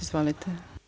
Izvolite.